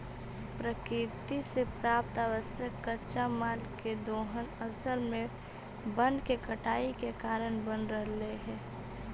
प्रकृति से प्राप्त आवश्यक कच्चा माल के दोहन असल में वन के कटाई के कारण बन रहले हई